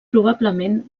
probablement